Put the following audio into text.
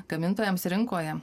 gamintojams rinkoje